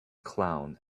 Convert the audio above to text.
clown